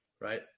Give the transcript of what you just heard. Right